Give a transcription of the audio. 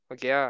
Okay